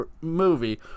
movie